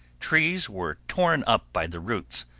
trees were torn up by the roots,